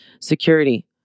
security